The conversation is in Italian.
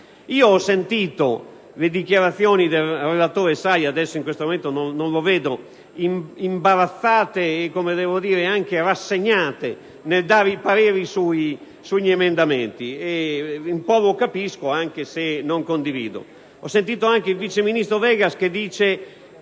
Ho sentito le dichiarazioni del relatore Saia, che in questo momento non vedo, imbarazzate e rassegnate nel dare il parere sugli emendamenti. Un po' lo capisco, anche se non condivido. Il vice ministro Vegas dice,